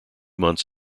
months